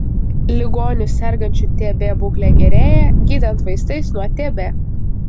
ligonių sergančių tb būklė gerėja gydant vaistais nuo tb